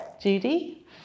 Judy